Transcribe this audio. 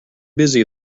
busy